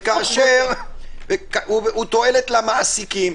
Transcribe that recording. תועלת למעסיקים,